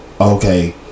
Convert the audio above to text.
okay